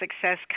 success